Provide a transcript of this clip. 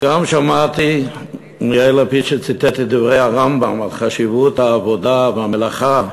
גם שמעתי את יאיר לפיד שציטט את דברי הרמב"ם על חשיבות העבודה והמלאכה,